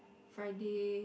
Friday